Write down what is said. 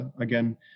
again